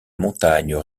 montagnes